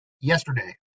yesterday